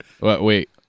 Wait